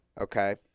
Okay